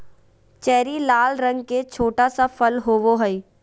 cherry लाल रंग के छोटा सा फल होबो हइ